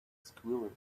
squirrel